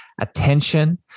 attention